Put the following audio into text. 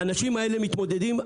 האנשים האלה מתמודדים,